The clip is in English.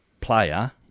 player